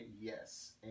yes